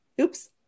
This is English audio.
Oops